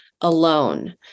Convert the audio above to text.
alone